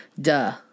duh